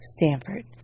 Stanford